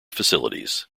facilities